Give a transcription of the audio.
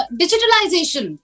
digitalization